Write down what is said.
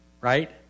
right